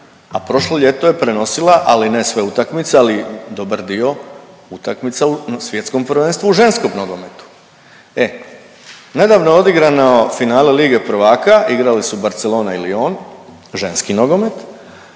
a prošlog ljeto je prenosila ali ne sve utakmice, ali dobar dio utakmica na Svjetskom prvenstvu u ženskom nogometu. E, nedavno je odigrano finale lige prvaka igrali su Barcelona i Lion ženski nogomet,